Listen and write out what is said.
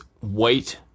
white